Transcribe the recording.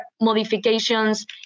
modifications